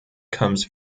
comes